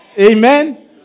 Amen